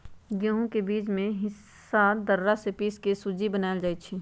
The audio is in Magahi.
गहुम के बीच में के हिस्सा दर्रा से पिसके सुज्ज़ी बनाएल जाइ छइ